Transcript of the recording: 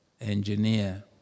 engineer